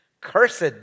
Cursed